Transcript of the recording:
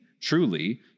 Truly